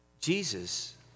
Jesus